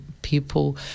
people